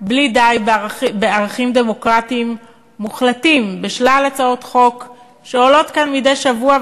בלי די בערכים דמוקרטיים מוחלטים בשלל הצעות חוק שעולות כאן מדי שבוע,